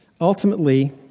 Ultimately